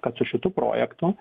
kad su šitu projektu